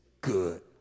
good